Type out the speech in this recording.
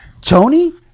Tony